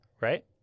right